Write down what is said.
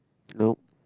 nope